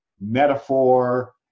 metaphor